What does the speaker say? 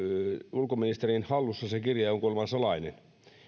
ulkoministerin hallussa ja kuulemma salainen